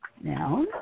now